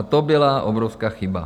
To byla obrovská chyba.